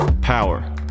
power